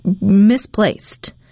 misplaced